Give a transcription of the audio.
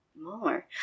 more